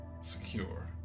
secure